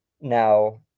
Now